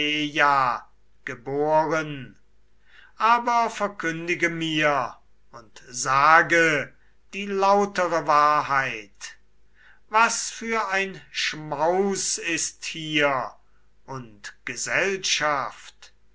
geboren aber verkündige mir und sage die lautere wahrheit was für ein schmaus ist hier und gesellschaft